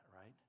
right